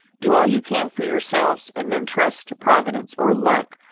do all you can for yourselves, and then trust to providence, or luck,